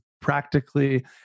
practically